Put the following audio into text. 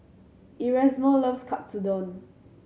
Erasmo loves Katsudon